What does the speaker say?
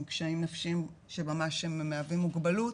קשיים נפשיים שממש הם מהווים מוגבלות,